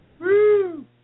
Woo